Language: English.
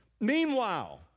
meanwhile